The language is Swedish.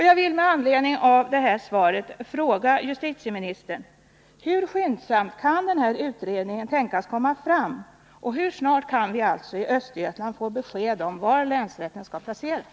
Jag vill med anledning av svaret fråga justitieministern: Hur skyndsamt kan utredningen tänkas komma fram och hur snart kan vi alltså i Östergötland få besked om var länsrätten skall placeras?